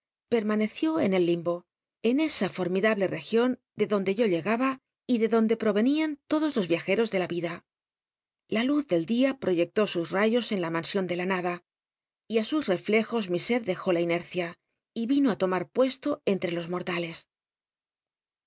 permaneció en el limbo en esa fomidable cgion de donde o llegaba y de donde povicncn todos los yiajctos de la yida la luz del dia proyectó sus rayos en la mansion de la nada y i sus rellejos mi se dejó la inccia y yino i tomar puesto entre los mortales